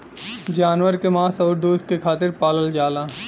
जानवर के मांस आउर दूध के खातिर पालल जाला